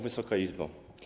Wysoka Izbo!